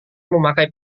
memakai